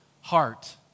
heart